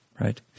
Right